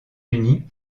unis